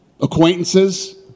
acquaintances